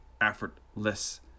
effortless